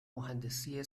مهندسی